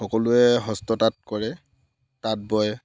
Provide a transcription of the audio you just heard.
সকলোৱে হস্ত তাঁত কৰে তাঁত বয়